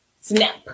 snap